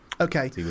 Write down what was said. Okay